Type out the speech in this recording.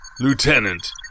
Lieutenant